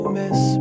miss